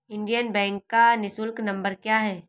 Indian bank का निःशुल्क number क्या है?